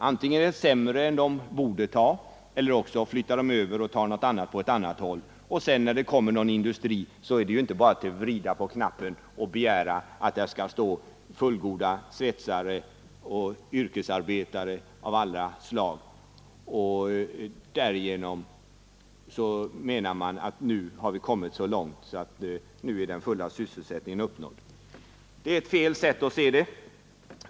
Antingen tar de ett sämre än de borde ta eller också flyttar de över och tar något på annat håll. Sedan, när det kommer någon industri, är det inte bara att vrida på knappen och begära att där skall stå fullgoda svetsare och yrkesarbetare av alla slag. Då menar man: Nu har vi kommit så långt att den fulla sysselsättningen är uppnådd. Det är fel sätt att se saken.